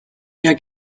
der